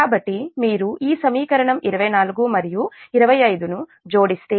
కాబట్టి మీరు ఈ సమీకరణం 24 మరియు 25 ను జోడిస్తే